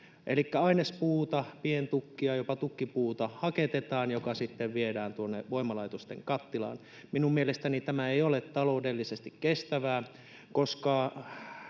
elikkä ainespuuta, pientukkia, jopa tukkipuuta haketetaan, joka sitten viedään tuonne voimalaitosten kattilaan. Minun mielestäni tämä ei ole taloudellisesti kestävää, koska